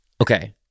Okay